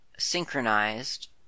synchronized